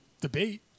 debate